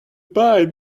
buy